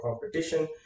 competition